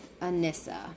Anissa